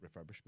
refurbishment